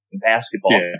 basketball